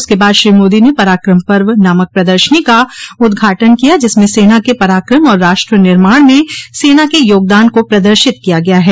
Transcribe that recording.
उसके बाद श्री मोदी ने पराक्रम पर्व नामक प्रदर्शनी का उद्घाटन किया जिसमें सेना के पराक्रम और राष्ट्र निर्माण में सेना के योगदान को प्रदर्शित किया गया है